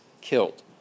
killed